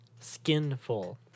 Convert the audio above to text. Skinful